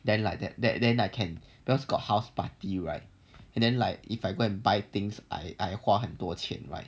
then like that that then I can because got house party right and then like if I go and buy things I I 花很多钱 right